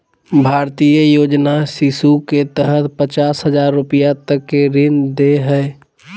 भारतीय योजना शिशु के तहत पचास हजार रूपया तक के ऋण दे हइ